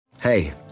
Hey